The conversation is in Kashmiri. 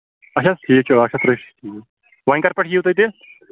اَچھا ٹھیٖک چھُ ٲٹھ شَتھ روپِیہِ چھِ ٹھیٖک وۅنۍ کر پیٚٹھ یِیِو تُہۍ تیٚلہِ